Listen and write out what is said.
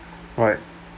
right